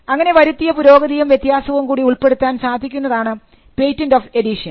അങ്ങനെ വരുത്തിയ പുരോഗതിയും വ്യത്യാസവും കൂടി ഉൾപ്പെടുത്താൻ സാധിക്കുന്നതാണ് പേറ്റന്റ് ഓഫ് അഡീഷൻ